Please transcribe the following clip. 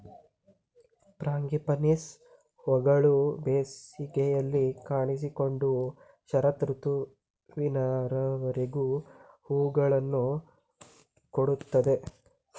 frangipanis ಹೂಗಳು ಬೇಸಿಗೆಯಲ್ಲಿ ಕಾಣಿಸಿಕೊಂಡು ಶರತ್ ಋತುವಿನವರೆಗೂ ಹೂಗಳನ್ನು ಕೊಡುತ್ತದೆ